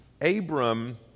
Abram